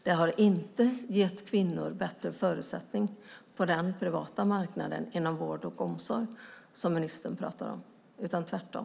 Den har inte gett kvinnor bättre förutsättningar på den privata marknaden inom vård och omsorg, som ministern pratar om, utan tvärtom.